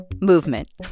movement